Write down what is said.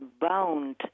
bound